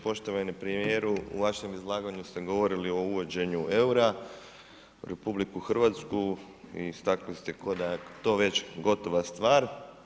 Poštovani premijeru u vašem izlaganju ste govorili o uvođenju EUR-a u RH i istakli ste ko da je to već gotova stvar.